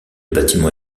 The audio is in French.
bâtiment